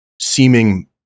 seeming